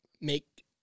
make